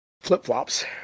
flip-flops